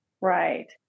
right